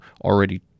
already